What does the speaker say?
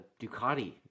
Ducati